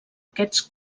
aquests